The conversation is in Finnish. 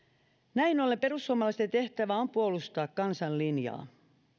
näin ollen perussuomalaisten tehtävä on puolustaa kansan linjaa